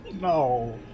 No